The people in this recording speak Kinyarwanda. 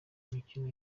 mikino